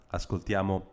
ascoltiamo